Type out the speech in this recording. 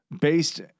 based